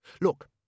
Look